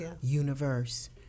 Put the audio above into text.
universe